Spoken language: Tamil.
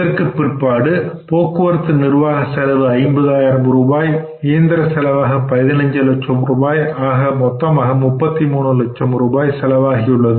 இதற்கு பிற்பாடு போக்குவரத்து நிர்வாக செலவாக 50000 ரூபாய் இயந்திர செலவாக 15 லட்சம் ரூபாய் ஆக மொத்தமாக 33 லட்சம் ரூபாய் செலவாகியுள்ளது